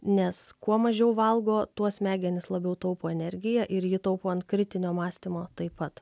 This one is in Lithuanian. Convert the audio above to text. nes kuo mažiau valgo tuo smegenys labiau taupo energiją ir ji taupo ant kritinio mąstymo taip pat